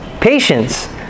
patience